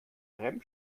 rem